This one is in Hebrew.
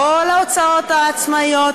כל ההוצאות העצמאיות,